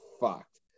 fucked